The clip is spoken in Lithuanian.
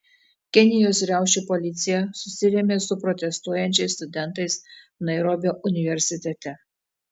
kenijos riaušių policija susirėmė su protestuojančiais studentais nairobio universitete